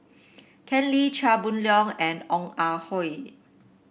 Ken Lim Chia Boon Leong and Ong Ah Hoi